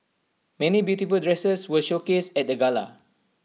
many beautiful dresses were showcased at the gala